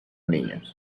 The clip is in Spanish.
niños